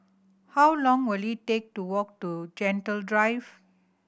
how long will it take to walk to Gentle Drive